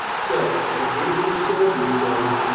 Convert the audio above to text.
so i did wanna show you, though,